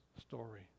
story